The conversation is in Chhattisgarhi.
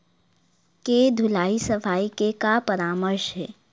के धुलाई सफाई के का परामर्श हे?